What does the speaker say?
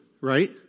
right